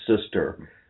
sister